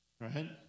right